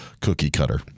cookie-cutter